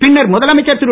பின்னர் முதலமைச்சர் திரு